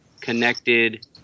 connected